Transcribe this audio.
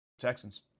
Texans